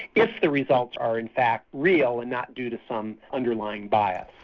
if the results are in fact real and not due to some underlying bias.